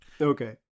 Okay